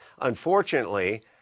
Unfortunately